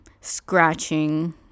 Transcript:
scratching